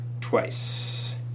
twice